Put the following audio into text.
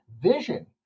vision